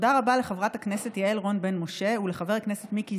תודה רבה לחברת הכנסת יעל רון בן משה ולחבר הכנסת מיקי